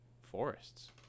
forests